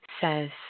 says